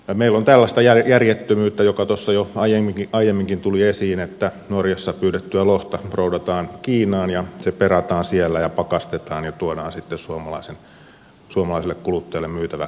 meillä on tällaista järjettömyyttä joka tuossa jo aiemminkin tuli esiin että norjassa pyydettyä lohta roudataan kiinaan ja se perataan siellä ja pakastetaan ja tuodaan sitten suomalaisille kuluttajille myytäväksi kauppaan